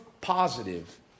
positive